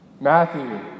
Matthew